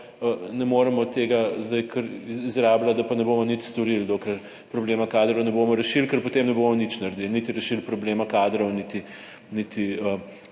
ne moremo tega zdaj kar izrabljati, da pa ne bomo nič storili, dokler problema kadrov ne bomo rešili, ker potem ne bomo nič naredili, niti rešili problema kadrov niti,